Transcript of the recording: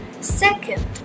Second